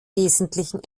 wesentlichen